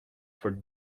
for